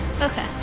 Okay